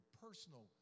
personal